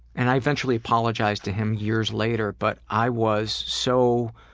and i eventually apologized to him years later. but i was so